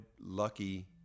lucky